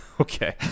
Okay